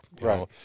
right